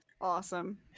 Awesome